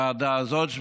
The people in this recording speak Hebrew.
הוועדה הזאת,